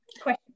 Question